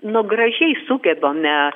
nu gražiai sugebame